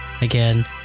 Again